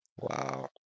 Wow